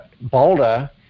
Boulder